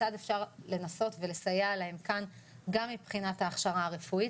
כיצד אפשר לנסות ולסייע להם כאן גם מבחינת ההכשרה הרפואית.